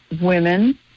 women